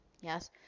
Yes